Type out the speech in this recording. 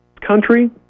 Country